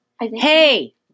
Hey